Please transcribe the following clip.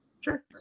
Sure